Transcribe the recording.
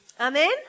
Amen